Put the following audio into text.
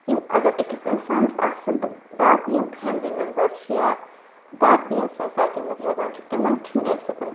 یِم اَگر أکِس اِنسانس آسَن تہٕ باقی یِم فیملی مٮ۪مبَر چھِ یا باقٕے یِم سوسایٹی منٛز روزان چھِ تِمَن چھُنہٕ امہِ سۭتۍ